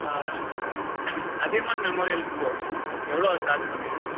அதியமான் மெமோரியலுக்கு போகணும் எவ்வளோ சார்ஜ் பண்ணுவீங்க